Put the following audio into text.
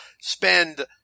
spend